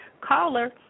Caller